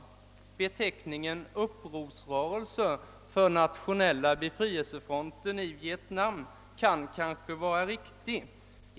Beteckningen. upprorsrörelse för Nationella befrielsefrönten i Vietnam kanske kan vara riktig.